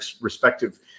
respective